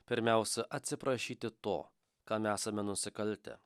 pirmiausia atsiprašyti to kam esame nusikaltę